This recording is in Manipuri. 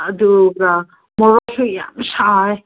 ꯑꯗꯨꯒ ꯃꯣꯔꯣꯛꯁꯨ ꯌꯥꯝ ꯁꯥꯏ